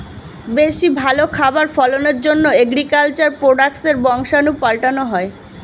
বেশি ভালো খাবার ফলনের জন্যে এগ্রিকালচার প্রোডাক্টসের বংশাণু পাল্টানো হয়